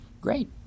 Great